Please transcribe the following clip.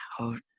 out